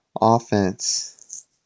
offense